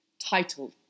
title